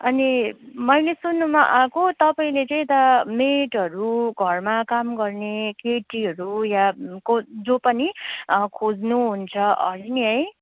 अनि मैले सुन्नमा आएको तपाईँले चाहिँ यता मेडहरू घरमा काम गर्ने केटीहरू यहाँ को जो पनि खोज्नुहुन्छ अरे नि है